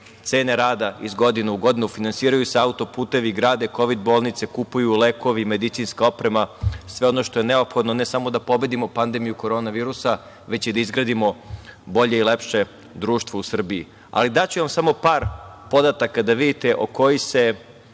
cene rada iz godine u godinu, finansiraju se autoputevi, rade kovid bolnice, kupuju lekovi i medicinska oprema, sve ono što je neophodno, ne samo da pobedimo pandemiju Korona virusa, već i da izgradimo bolje i lepše društvo u Srbiji. Daću vam samo par podataka da vidite o kojim se